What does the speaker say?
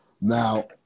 Now